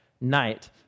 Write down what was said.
night